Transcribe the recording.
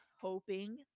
hoping